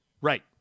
Right